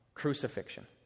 crucifixion